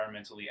environmentally